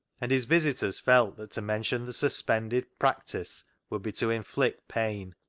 and his visitors felt that to mention the suspended practice would be to inflict pain.